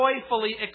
joyfully